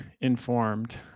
informed